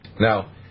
now